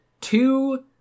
two